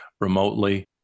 remotely